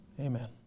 Amen